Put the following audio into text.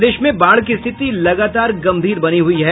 प्रदेश में बाढ़ की स्थिति लगातार गम्भीर बनी हुई है